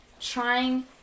Trying